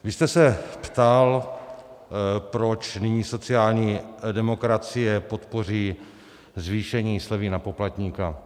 Vy jste se ptal, proč nyní sociální demokracie podpoří zvýšení slevy na poplatníka.